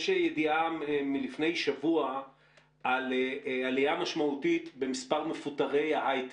יש ידעה מלפני שבוע על עלייה משמעותית במספר מפוטרי היי-טק.